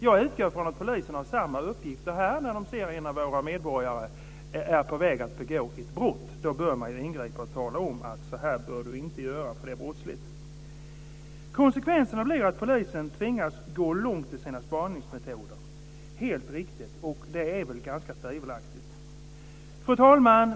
Jag utgår från att polisen har samma uppgifter här när de ser att en av våra medborgare är på väg att begå ett brott. Då bör man ingripa och tala om att så här bör du inte göra för det är brottsligt. Konsekvenserna blir ju att polisen tvinga gå långt i sina spaningsmetoder, det är helt riktigt. Och det är väl ganska tvivelaktigt.